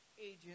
Agent